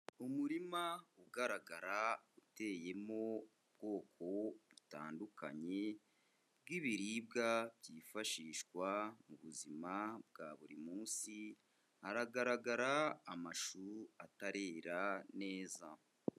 Umurima ugaragara uteyemo ubwoko butandukanye bw'ibiribwa byifashishwa mu buzima bwa buri munsi, haragaragara amashu atarera neza.